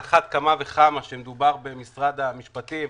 על אחת כמה וכמה כשמדובר במשרד המשפטים,